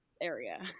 area